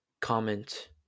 comment